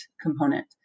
component